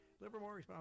Livermore